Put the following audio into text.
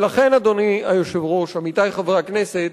ולכן, אדוני היושב-ראש, עמיתי חברי הכנסת,